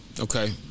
okay